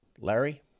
Larry